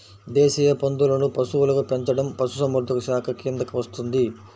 దేశీయ పందులను పశువులుగా పెంచడం పశుసంవర్ధక శాఖ కిందికి వస్తుంది